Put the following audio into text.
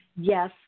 Yes